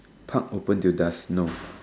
park open till dusk no